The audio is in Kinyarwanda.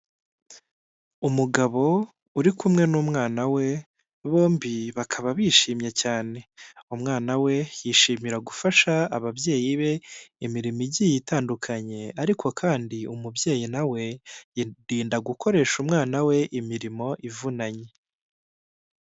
Umugabo uri kumwe n'umwana we bombi bakaba bishimye cyane. Umwana we yishimira gufasha ababyeyi be imirimo igiye itandukanye ariko kandi umubyeyi na we yirinda gukoresha umwana we imirimo ivunanye.